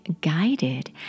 guided